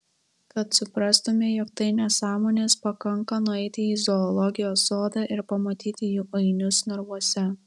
kad suprastumei jog tai nesąmonės pakanka nueiti į zoologijos sodą ir pamatyti jų ainius narvuose